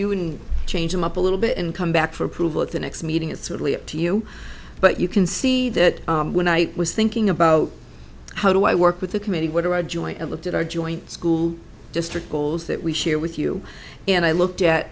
you and change them up a little bit and come back for approval at the next meeting it's really up to you but you can see that when i was thinking about how do i work with the committee what are our joint looked at our joint school district goals that we share with you and i looked at